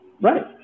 Right